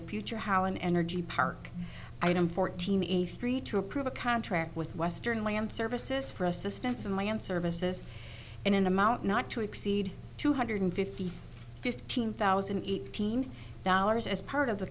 the future how an energy park i am fourteen eighty three to approve a contract with western land services for assistance in land services in an amount not to exceed two hundred fifty fifteen thousand and eighteen dollars as part of the